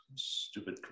stupid